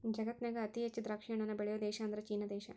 ಜಗತ್ತಿನ್ಯಾಗ ಅತಿ ಹೆಚ್ಚ್ ದ್ರಾಕ್ಷಿಹಣ್ಣನ್ನ ಬೆಳಿಯೋ ದೇಶ ಅಂದ್ರ ಚೇನಾ ದೇಶ